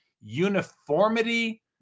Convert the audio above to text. uniformity